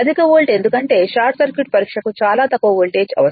అధిక వోల్ట్ ఎందుకంటే short circuit పరీక్షకు చాలా తక్కువ వోల్టేజ్ అవసరం